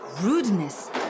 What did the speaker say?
rudeness